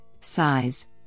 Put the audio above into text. size